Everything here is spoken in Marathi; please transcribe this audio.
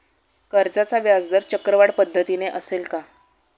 कर्जाचा व्याजदर चक्रवाढ पद्धतीने असेल का?